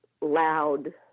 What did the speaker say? loud